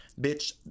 Bitch